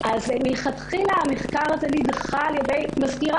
מלכתחילה המחקר הזה נדחה על ידי מזכיר